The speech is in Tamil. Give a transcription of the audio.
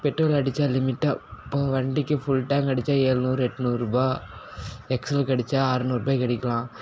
பெட்ரோல் அடித்தா லிமிட்டாக இப்போது வண்டிக்கு ஃபுல் டேங்க் அடித்தா ஏழுநூறு எட்நூறு ரூபாய் எக்ஸ்எல்லுக்கு அடித்தா அறுநூறு ரூபாய்க்கு அடிக்கலாம்